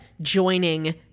joining